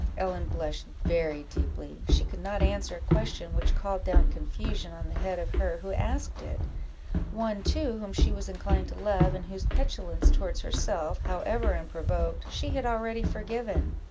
ellen blushed very deeply she could not answer a question which called down confusion on the head of her who asked it one, too, whom she was inclined to love, and whose petulance towards herself, however unprovoked, she had already forgiven.